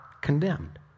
condemned